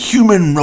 Human